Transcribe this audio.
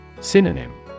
Synonym